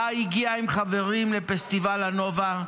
גיא הגיע עם חברים לפסטיבל הנובה.